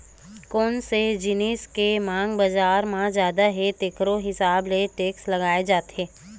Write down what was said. कोन से जिनिस के मांग बजार म जादा हे तेखरो हिसाब ले टेक्स लगाए जाथे